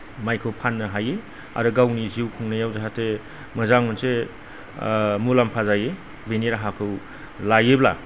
माइखौ फान्नो हायो आरो गावनि जिउ खुंनायाव जाहाथे मोजां मोनसे मुलाम्फा जायो बेनि राहाखौ लायोब्ला